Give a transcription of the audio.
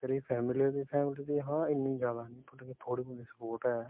ते रेही फैमली दी फैमली दी हां इन्नी ज्यादा नी थोह्ड़ी सुप्पोर्ट ऐ